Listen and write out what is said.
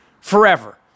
forever